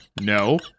No